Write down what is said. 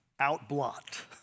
outblot